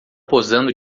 posando